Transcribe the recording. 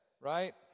right